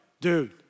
dude